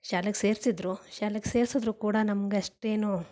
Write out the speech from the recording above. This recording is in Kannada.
ಶಾಲೆಗೆ ಸೇರಿಸಿದ್ರು ಶಾಲೆಗೆ ಸೇರಿಸಿದ್ರೂ ಕೂಡ ನಮ್ಗೆ ಅಷ್ಟೇನು